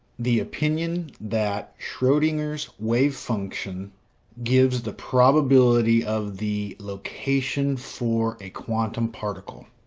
the opinion that schrodinger's wave function gives the probability of the location for a quantum particle.